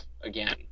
again